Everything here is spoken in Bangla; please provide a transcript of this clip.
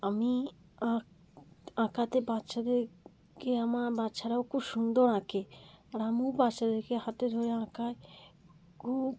আমি আঁক আঁকাতে বাচ্চাদেরকে আমার বাচ্চারাও খুব সুন্দর আঁকে আর আমিও বাচ্চাদেরকে হাতে ধরে আঁকাই খুব